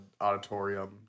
Auditorium